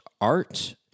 art